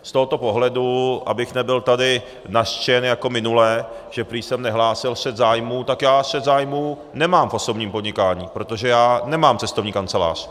Z tohoto pohledu, abych nebyl tady nařčen jako minule, že prý jsem nehlásil střet zájmů, tak já střet zájmů nemám v osobním podnikání, protože já nemám cestovní kancelář.